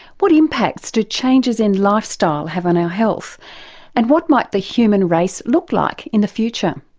what impacts do changes in lifestyle have on our health and what might the human race look like in the future?